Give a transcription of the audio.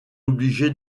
obligé